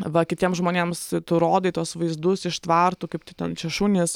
va kitiems žmonėms tu rodai tuos vaizdus iš tvartų kaip tu ten čia šunys